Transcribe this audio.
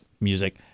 music